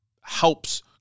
helps